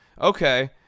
okay